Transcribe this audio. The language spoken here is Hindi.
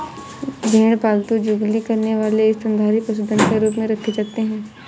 भेड़ पालतू जुगाली करने वाले स्तनधारी पशुधन के रूप में रखे जाते हैं